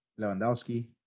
Lewandowski